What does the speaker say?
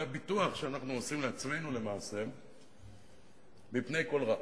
למעשה, זה הביטוח שאנחנו עושים לעצמנו מפני כל רע.